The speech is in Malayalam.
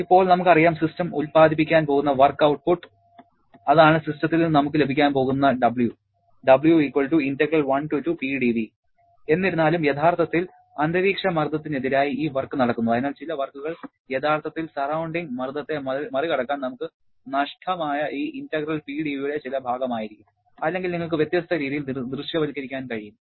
ഇപ്പോൾ നമുക്ക് അറിയാം സിസ്റ്റം ഉത്പാദിപ്പിക്കാൻ പോകുന്ന വർക്ക് ഔട്ട്പുട്ട് അതാണ് സിസ്റ്റത്തിൽ നിന്ന് നമുക്ക് ലഭിക്കാൻ പോകുന്ന W എന്നിരുന്നാലും യഥാർത്ഥത്തിൽ അന്തരീക്ഷമർദ്ദത്തിനെതിരായി ഈ വർക്ക് നടക്കുന്നു അതിനാൽ ചില വർക്കുകൾ യഥാർത്ഥത്തിൽ സറൌണ്ടിങ് മർദ്ദത്തെ മറികടക്കാൻ നമുക്ക് നഷ്ടമായ ഈ ഇന്റഗ്രൽ PdV യുടെ ചില ഭാഗമായിരിക്കും അല്ലെങ്കിൽ നിങ്ങൾക്ക് വ്യത്യസ്ത രീതിയിൽ ദൃശ്യവൽക്കരിക്കാൻ കഴിയും